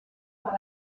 par